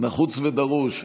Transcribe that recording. נחוץ ודרוש.